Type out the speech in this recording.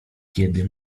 kiedy